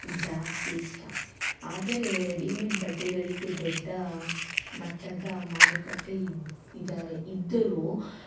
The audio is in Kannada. ಜಾಸ್ತಿ ಇಷ್ಟ ಆದರೆ ರೆಡಿಮೇಡ್ ಬಟ್ಟೆಗಳಿಗೆ ದೊಡ್ಡ ಮಟ್ಟದ ಮಾರುಕಟ್ಟೆ ಇದು ಇದ್ದಾರೆ ಇದ್ದರೂ